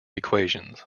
equations